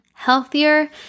healthier